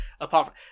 Apart